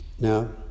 Now